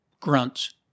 grunts